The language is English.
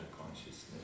consciousness